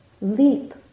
leap